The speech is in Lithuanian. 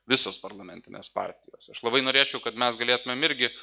visos parlamentinės partijos aš labai norėčiau kad mes galėtumėm irgi